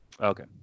Okay